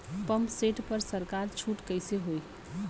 Pump set पर सरकार छूट कईसे होई?